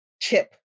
chip